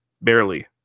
barely